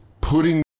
putting